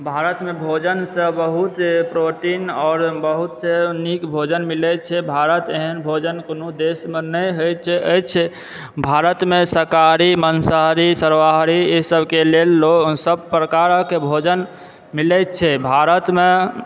भारतमे भोजन से बहुत प्रोटीन आओर बहुत नीक भोजन मिलै छै भारत एहन भोजन कोनो देश मे नहि होयत अछि भारतमे शाकाहारी मंसाहारी सर्वाहारी एहि सबके लेल लोक सब प्रकारक भोजन मिलैत छै भारत मे